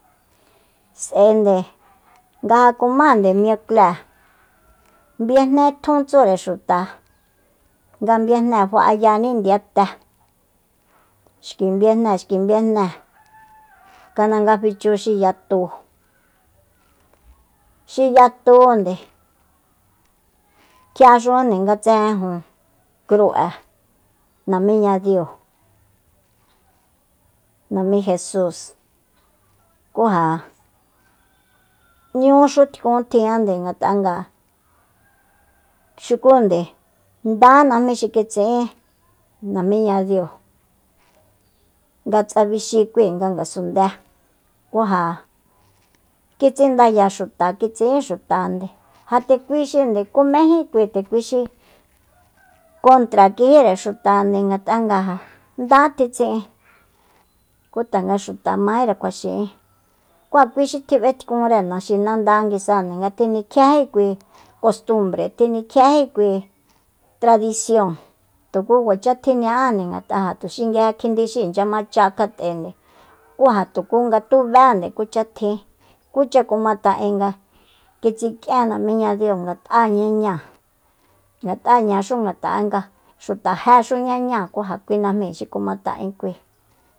S'aende nga ja kumáande miuclée biejne tjun tsure xuta nga biejne fa'ayaní ndiyate xki biejne xki biejne skanda nga fichu xi yatu xi yatunde kjiaxujande nga tsejenju cru'e namíña diu namí jesus ku ja n'ñúxutkun tjinjande ngat'a xukúnde ndá najmí xi kitsi'ín nanmíñadiu nga kis'ebixi kui ngasundée ku ja kitsindaya xuta kitsi'in xutande jande kui xinde kumejíkui ndekuixi kontra kijíre xutajande ngat'a nga ndá tjitsin'ín ku tanga xuta majínre kjua xiín ku ja kui xi tjinb'etkunre naxinanda nguisa nga tjinikjiejí kui kostumbre nikjiéji kui tradision tuku kuacha tjiña'ande ngat'a xi nguije kjindi xi inchya macha kjat'ende ku jatuku nga tubénde kucha tjin kucha kuma ta'en nga kitsi'kien namiñadiu ngat'añañáa ngat'añaxu ngata'e nga xuta jéxuñañáa ku ja kui najmi xi kumata'enkui